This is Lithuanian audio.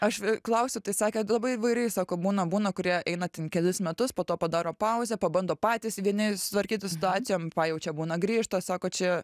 aš klausiau tai sakė labai įvairiai sako būna būna kurie eina ten kelis metus po to padaro pauzę pabando patys vieni susitvarkyt su situacijom va jau čia būna grįžta sako čia